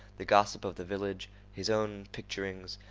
the gossip of the village, his own picturings,